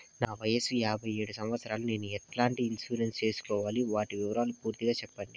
నా వయస్సు యాభై ఏడు సంవత్సరాలు నేను ఎట్లాంటి ఇన్సూరెన్సు సేసుకోవాలి? వాటి వివరాలు పూర్తి గా సెప్పండి?